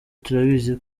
turabizi